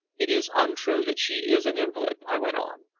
it is untrue that she is an invalid, i went on,